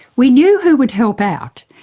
we knew who would help out,